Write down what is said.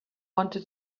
wanted